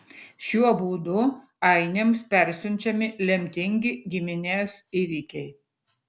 šiuo būdu ainiams persiunčiami lemtingi giminės įvykiai